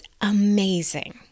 amazing